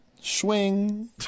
Swing